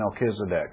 Melchizedek